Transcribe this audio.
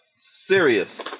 Serious